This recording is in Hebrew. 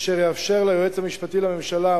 אשר יאפשר ליועץ המשפטי לממשלה,